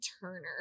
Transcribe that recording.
Turner